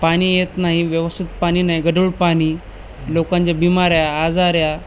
पाणी येत नाही व्यवस्थित पाणी नाही गढूळ पाणी लोकांच्या बिमाऱ्या आजऱ्या